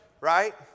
right